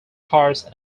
cars